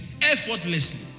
effortlessly